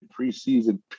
preseason